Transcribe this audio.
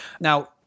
Now